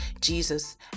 Jesus